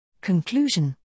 Conclusion